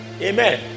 Amen